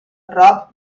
rob